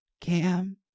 Cam